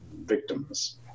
victims